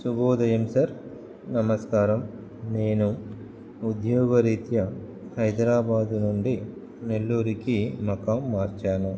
శుభోదయం సర్ నమస్కారం నేను ఉద్యోగ రీత్య హైదరాబాదు నుండి నెల్లూరికి మకాం మార్చాను